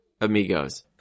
amigos